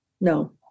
No